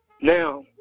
Now